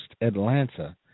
Atlanta